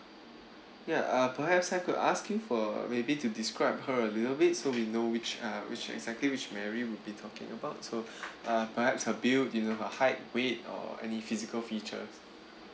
ya uh perhaps I could ask you for maybe to describe her a little bit so we know which uh which exactly which mary we'll be talking about so uh perhaps her build you know her height weight or any physical features